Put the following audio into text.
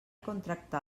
contractar